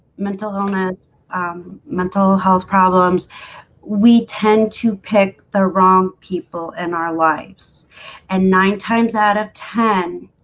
mental illness um mental health problems we tend to pick the wrong people in our lives and nine times out of ten